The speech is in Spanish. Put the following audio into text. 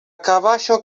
caballo